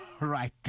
right